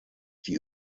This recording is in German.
die